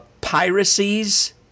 piracies